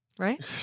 Right